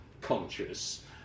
conscious